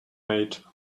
made